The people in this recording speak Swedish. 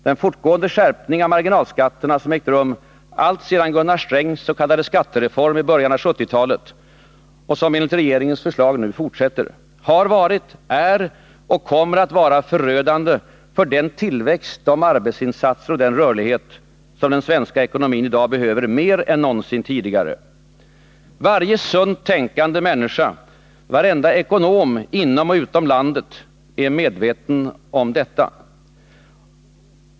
Den fortgående skärpning av marginalskatterna som ägt rum alltsedan Gunnar Strängs s.k. skattereform i början av 1970-talet och som enligt regeringens förslag nu fortsätter har varit, är och kommer att vara förödande för den tillväxt, de arbetsinsatser och den rörlighet som den svenska ekonomin behöver i dag mer än någonsin tidigare. Varje sunt tänkande människa, varenda ekonom inom och utom landet är medveten om detta.